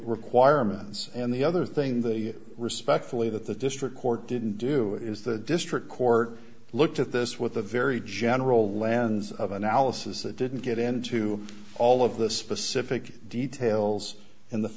requirements and the other thing they respectfully that the district court didn't do is the district court looked at this with a very general lannes of analysis that didn't get into all of the specific details in the